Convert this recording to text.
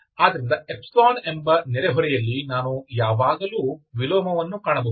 ಆದ್ದರಿಂದ ಎಂಬ ನೆರೆಹೊರೆಯಲ್ಲಿ ನಾನು ಯಾವಾಗಲೂ ವಿಲೋಮವನ್ನು ಕಾಣಬಹುದು